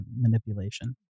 manipulation